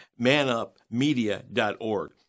manupmedia.org